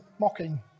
mocking